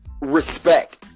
respect